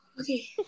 Okay